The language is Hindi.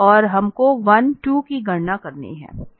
और हमको 1 2 की गणना करनी है